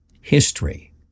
history